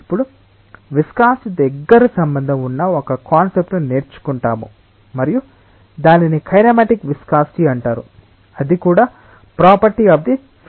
ఇప్పుడు విస్కాసిటి దగ్గరి సంబంధం ఉన్న ఒక కాన్సెప్ట్ ను నేర్చుకుంటాము మరియు దానిని కైనమటిక్ విస్కాసిటి అంటారు అది కూడా ప్రాపర్టీ అఫ్ ది ఫ్లూయిడ్